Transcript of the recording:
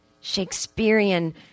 Shakespearean